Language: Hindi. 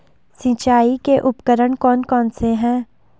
सिंचाई के उपकरण कौन कौन से हैं?